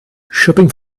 shopping